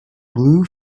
blue